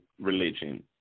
religion